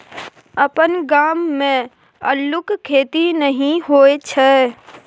अपन गाम मे अल्लुक खेती नहि होए छै